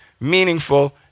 meaningful